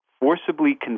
forcibly